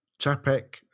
Chapek